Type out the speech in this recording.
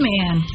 Man